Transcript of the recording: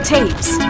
Tapes